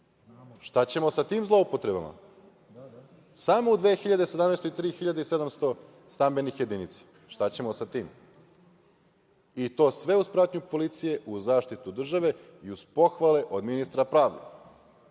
Šta ćemo sa tim zloupotrebama? Samo u 2017. godini 3.700 stambenih jedinica. Šta ćemo sa tim? To sve uz pratnju policije u zaštitu države i uz pohvale od ministra pravde. Mi